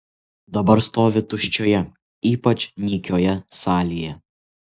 dabar stovi tuščioje ypač nykioje salėje